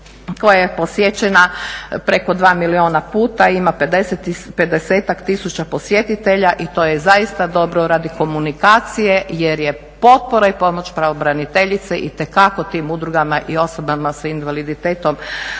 koja je posjećena preko 2 milijuna puta, ima 50-ak tisuća posjetitelja i to je zaista dobro radi komunikacije jer je potpora i pomoć pravobraniteljice itekako tim udrugama i osobama sa invaliditetom